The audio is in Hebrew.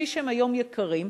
כפי שהם היום יקרים,